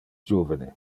juvene